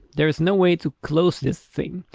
there is no way to close this thing.